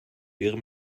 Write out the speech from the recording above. wäre